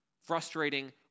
frustrating